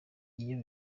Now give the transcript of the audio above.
iyo